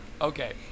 Okay